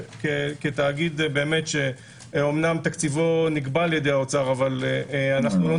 כתאגיד שאמנם תקציבו נקבע על-ידי האוצר אבל אנו לא